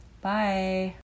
bye